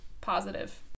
positive